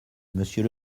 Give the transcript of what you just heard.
monsieur